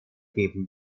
geben